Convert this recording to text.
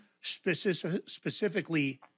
specifically